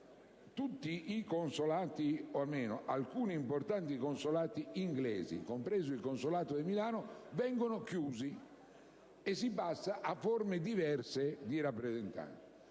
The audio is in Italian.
in consolati onorari. Alcuni importanti consolati inglesi, compreso quello di Milano, vengono chiusi e si passa a forme diverse di rappresentanza.